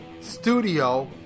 Studio